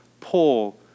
Paul